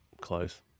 close